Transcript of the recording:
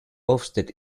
ofsted